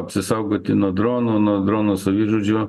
apsisaugoti nuo dronų nuo dronų savižudžių